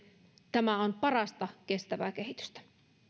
tämä on parasta kestävää kehitystä